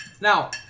Now